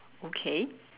okay